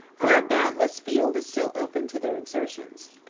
where a boundless field is still open to their exertions.